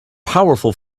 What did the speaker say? powerful